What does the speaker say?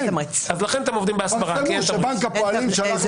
לכן אתם עובדים בהסברה, כי אין תמריץ.